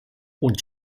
und